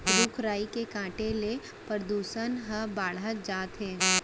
रूख राई के काटे ले परदूसन हर बाढ़त जात हे